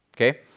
Okay